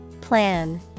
Plan